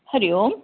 हरिः ओम्